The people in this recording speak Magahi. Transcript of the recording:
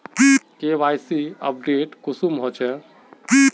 के.वाई.सी अपडेट कुंसम होचे?